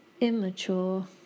immature